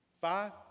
Five